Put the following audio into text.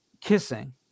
kissing